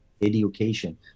education